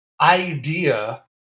idea